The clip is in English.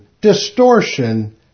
distortion